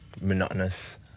monotonous